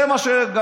זה מה שגמר,